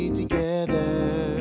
together